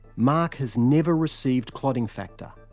mark has never received clotting factor.